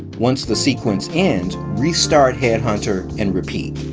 once the sequence ends, restart headhunter and repeat.